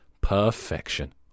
Perfection